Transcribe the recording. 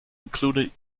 included